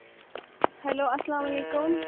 hello السلامُ علیکُم